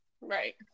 right